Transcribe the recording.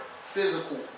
physical